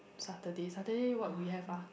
Saturday Saturday what we have ah